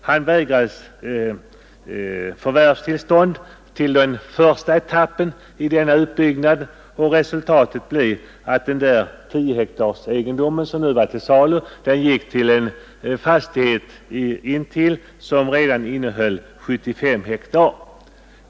Han vägrades förvärvstillstånd till den första etappen i denna utbyggnad, och resultatet blev att den egendom på 10 hektar som var till salu gick till en brukningsenhet intill, som redan innehöll 75 hektar.